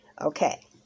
Okay